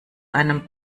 einem